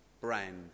brand